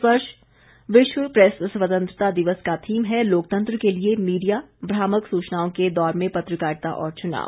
इस वर्ष विश्व प्रेस स्वतंत्रता दिवस का थीम है लोकतंत्र के लिए मीडिया भ्रामक सूचनाओं के दौर में पत्रकारिता और चुनाव